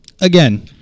Again